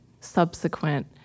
subsequent